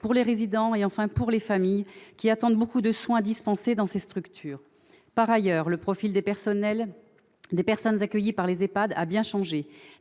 pour les résidents et enfin pour les familles, qui attendent beaucoup des soins dispensés dans ces structures. Par ailleurs, le profil des personnes accueillies par les EHPAD a bien changé.